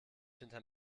hinter